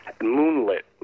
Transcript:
moonlit